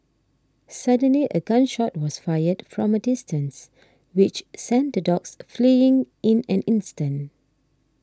suddenly a gun shot was fired from a distance which sent the dogs fleeing in an instant